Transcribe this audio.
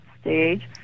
stage